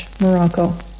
Morocco